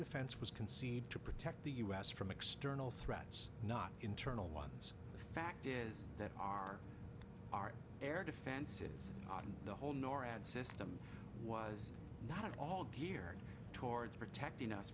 defense was concede to protect the us from external threats not internal ones the fact is that our our air defenses on the whole norad system was not all geared towards protecting us